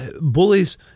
bullies